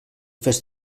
fes